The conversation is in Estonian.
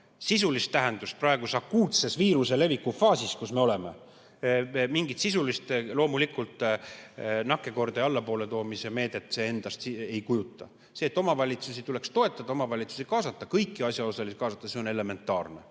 Sisulist tähendust praeguses akuutses viiruse leviku faasis, kus me oleme, [sel ei ole], mingit sisulist nakkuskordaja allapoole toomise meedet see endast ei kujuta. See, et omavalitsusi tuleks toetada, omavalitsusi kaasata, kõiki asjaosalisi kaasata, on elementaarne.